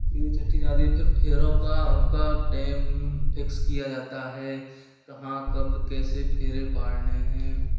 पीली चिट्ठी जाती फिर फेरों का उनका टेम फिक्स किया जाता है कहाँ कब कैसे फेरे पड़ने हैं